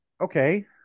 okay